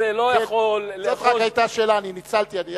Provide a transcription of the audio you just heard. זאת רק היתה שאלה, אני ניצלתי.